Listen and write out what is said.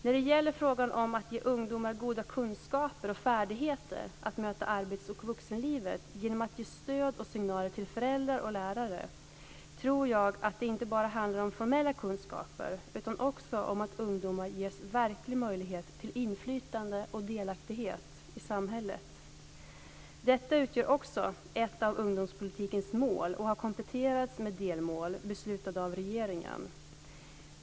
När det gäller frågan om att ge fler ungdomar goda kunskaper och färdigheter att möta arbets och vuxenlivet genom att ge stöd och signaler till föräldrar och lärare, tror jag att det inte bara handlar om formella kunskaper utan också om att ungdomar ges verklig möjlighet till inflytande och delaktighet i samhället. Detta utgör också ett av ungdomspolitikens mål och har kompletterats med delmål, beslutade av regeringen.